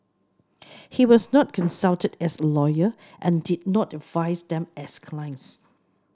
he was not consulted as a lawyer and did not advise them as clients